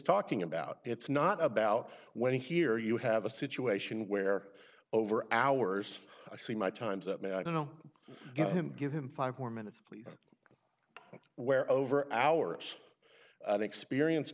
talking about it's not about when here you have a situation where over hours i see my time's up man i don't know get him give him five more minutes please where over an hour it's an experienced